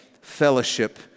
fellowship